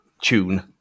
tune